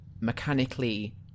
mechanically